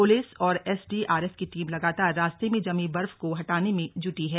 police और SDRF की team लगातार रास्ते में जमी बर्फ को हटाने में जुटी है